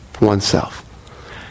Oneself